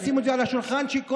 תשימו את זה על השולחן, אני אשלח לך.